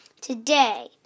Today